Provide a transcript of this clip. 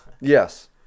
Yes